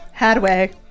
Hadway